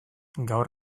gaur